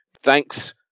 thanks